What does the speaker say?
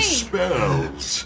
spells